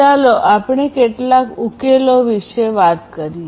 ચાલો આપણે કેટલાક ઉકેલો વિશે વાત કરીએ